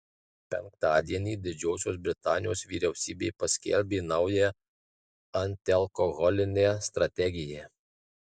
penktadienį didžiosios britanijos vyriausybė paskelbė naują antialkoholinę strategiją